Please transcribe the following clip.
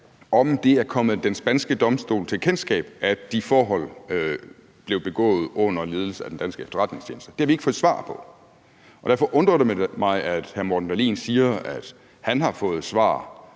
om det er kommet den spanske domstol til kendskab, at de forhold blev begået under ledelse af den danske efterretningstjeneste. Det har vi ikke fået svar på. Derfor undrer det mig, at hr. Morten Dahlin siger, at han har fået svar